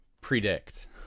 predict